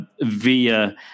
via